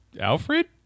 Alfred